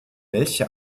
welche